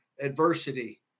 adversity